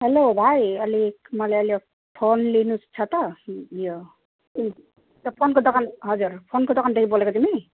हलो भाइ अलिक मलाई अहिले फोन लिनु छ त यो फोनको दोकान हजुर फोनको दोकानदेखि बोलेको तिमी